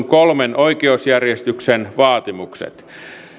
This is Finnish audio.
kolmen oikeusjärjestyksen vaatimukset